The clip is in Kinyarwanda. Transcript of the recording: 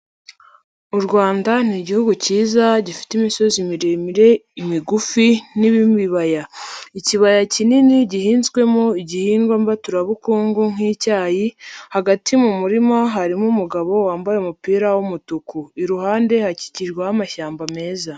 U Rwanda ni igihugu kiza gifite imisozi miremire, imigufi n'ibibaya. Ikibaya kinini gihinzwemo igihingwa mbaturabukungu nk'icyayi, hagati mu murima harimo umugabo wambaye umupira w'umutuku. Iruhande hakikijweho amashyamba meza.